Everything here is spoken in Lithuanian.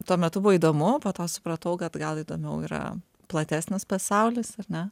tuo metu buvo įdomu po to supratau kad gal įdomiau yra platesnis pasaulis na